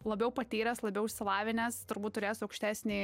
labiau patyręs labiau išsilavinęs turbūt turės aukštesnį